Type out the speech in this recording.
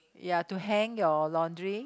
ya to hang your laundry